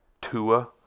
Tua